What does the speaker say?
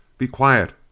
be quiet!